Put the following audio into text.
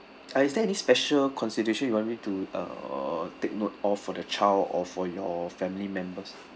ah is there any special consideration you want me to uh take note of for the child or for your family members